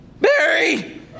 Barry